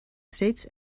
states